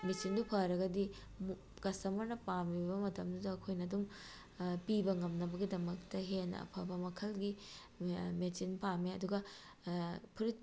ꯃꯦꯆꯤꯟꯗꯣ ꯐꯔꯒꯗꯤ ꯀꯁꯇꯃꯔꯅ ꯄꯥꯝꯃꯤꯕ ꯃꯇꯝꯗꯨꯗ ꯑꯩꯈꯣꯏꯅ ꯑꯗꯨꯝ ꯄꯤꯕ ꯉꯝꯅꯕꯒꯤꯗꯃꯛꯇ ꯍꯦꯟꯅ ꯑꯐꯕ ꯃꯈꯜꯒꯤ ꯃꯦꯆꯤꯟ ꯄꯥꯝꯃꯦ ꯑꯗꯨꯒ ꯐꯨꯔꯤꯠ